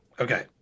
Okay